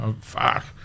fuck